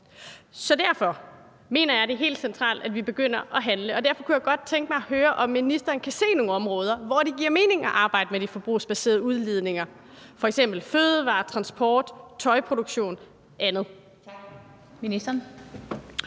Derfor mener jeg, det er helt centralt, at vi begynder at handle, og derfor kunne jeg godt tænke mig at høre, om ministeren kan se nogle områder, hvor det giver mening at arbejde med de forbrugsbaserede udledninger, f.eks. fødevarer, transport, tøjproduktion og andet.